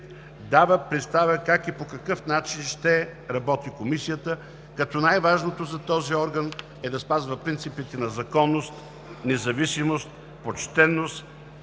дава представа как и по какъв начин ще работи Комисията, като най-важното за този орган е да спазва принципите на законност, независимост, почтеност,